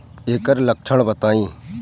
ऐकर लक्षण बताई?